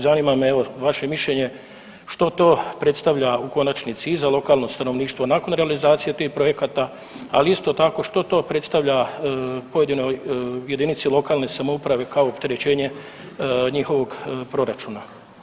Zanima me evo vaše mišljenje, što to predstavlja u konačnici i za lokalno stanovništvo nakon realizacije tih projekata, ali isto tako što to predstavlja pojedinoj jedinica lokalne samouprave kao opterećenje njihovog proračuna?